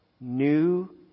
new